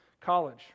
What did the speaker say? college